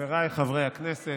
חבריי חברי הכנסת,